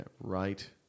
right